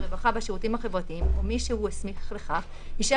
הרווחה והשירותים החברתיים או מי שהוא הסמיך לכך אישר